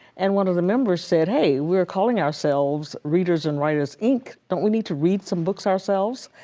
and one of the members said, hey, we're calling ourselves readers and writers ink. don't we need to read some books ourselves?